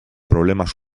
problemas